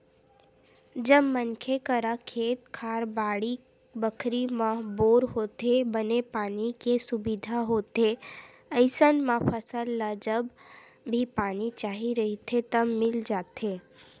जब मनखे करा खेत खार, बाड़ी बखरी म बोर होथे, बने पानी के सुबिधा होथे अइसन म फसल ल जब भी पानी चाही रहिथे त मिल जाथे